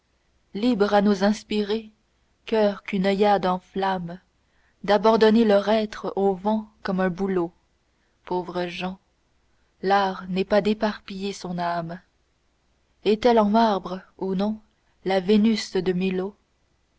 libre à nos inspirés coeurs qu'une oeillade enflamme d'abandonner leur être aux vents comme un bouleau pauvres gens l'art n'est pas d'éparpiller son âme est-elle eu marbre ou non la vénus de milo